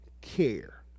care